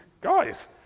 guys